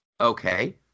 okay